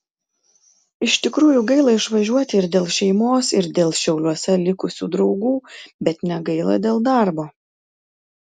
iš tikrųjų gaila išvažiuoti ir dėl šeimos ir dėl šiauliuose likusių draugų bet negaila dėl darbo